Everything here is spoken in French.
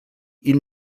ils